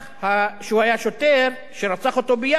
שהיה שוטר, שרצח אותו ביפו,